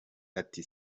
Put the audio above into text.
ati